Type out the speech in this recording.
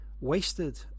wasted